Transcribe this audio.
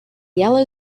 yellow